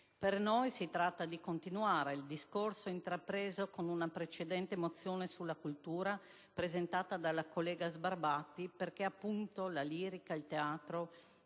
Per noi si tratta dì continuare il discorso intrapreso con una precedente risoluzione sulla cultura, presentata dalla collega Sbarbati, perché appunto la lirica, il teatro,